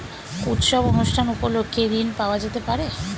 উৎসব অনুষ্ঠান উপলক্ষে ঋণ পাওয়া যেতে পারে?